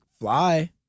fly